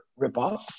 ripoff